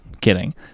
kidding